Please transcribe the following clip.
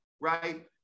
right